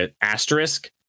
asterisk